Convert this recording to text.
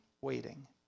waiting